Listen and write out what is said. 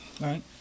right